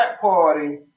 party